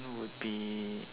would be